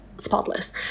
spotless